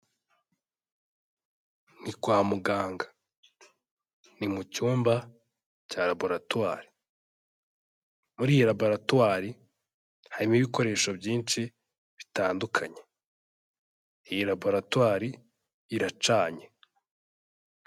Ni kwa muganga, ni mu cyumba cya laboratwari, muri iyi laboratwari harimo ibikoresho byinshi bitandukanye, iyi laboratwari iracanye.